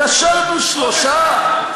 קשרנו שלושה,